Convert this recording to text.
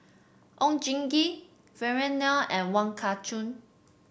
Oon Jin Gee Vikram Nair and Wong Kah Chun